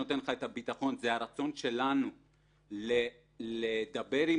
מה שנותן לך את הביטחון זה הרצון שלנו לדבר עם